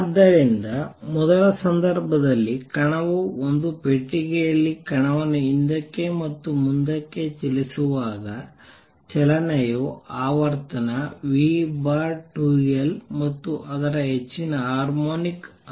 ಆದ್ದರಿಂದ ಮೊದಲ ಸಂದರ್ಭದಲ್ಲಿ ಕಣವು ಒಂದು ಪೆಟ್ಟಿಗೆಯಲ್ಲಿ ಕಣವನ್ನು ಹಿಂದಕ್ಕೆ ಮತ್ತು ಮುಂದಕ್ಕೆ ಚಲಿಸುವಾಗ ಚಲನೆಯು ಆವರ್ತನ v 2L ಮತ್ತು ಅದರ ಹೆಚ್ಚಿನ ಹಾರ್ಮೋನಿಕ್ಸ್ ಅನ್ನು ಹೊಂದಿರುತ್ತದೆ